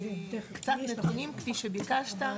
קצת נתונים כפי שביקשת,